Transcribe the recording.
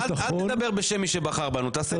אל תדבר בשם מי שבחר בנו, תעשה לי טובה.